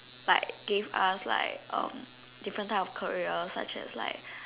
but gave us like um different type of career such as like